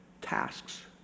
tasks